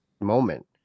moment